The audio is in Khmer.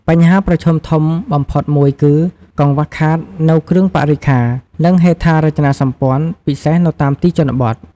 បញ្ហាប្រឈមធំបំផុតមួយគឺ កង្វះខាតនៅគ្រឿងបរិក្ខារ និងហេដ្ឋារចនាសម្ព័ន្ធ ពិសេសនៅតាមទីជនបទ។